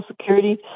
Security